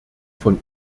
von